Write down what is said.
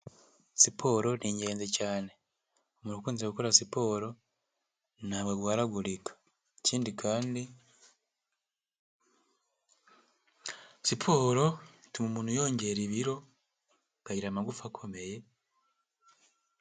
Siporo ni ingenzi cyane. Umuntu ukunze gukora siporo ntago arwaragurika, ikindi kandi siporo ituma umuntu yongera ibiro akagira amagufa akomeye.